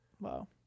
Wow